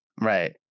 Right